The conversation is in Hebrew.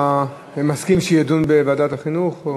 אתה מסכים שהנושא יידון בוועדת החינוך?